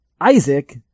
Isaac